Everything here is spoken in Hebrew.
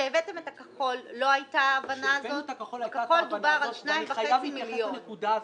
כשהבאנו את הכחול הייתה כבר ההבנה הזאת ואני חייב להתייחס לנקודה הזאת.